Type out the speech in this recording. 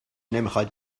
نمیخواد